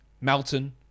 Melton